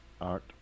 Art